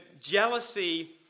jealousy